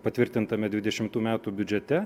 patvirtintame dvidešimtų metų biudžete